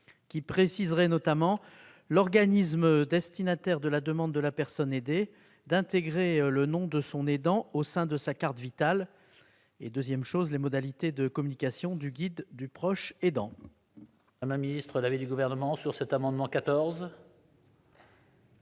qui préciserait, premièrement, l'organisme destinataire de la demande de la personne aidée d'intégrer le nom de son aidant au sein de sa carte Vitale, et, deuxièmement, les modalités de communication du guide du proche aidant. Quel est l'avis du Gouvernement ? Il est